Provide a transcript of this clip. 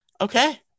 Okay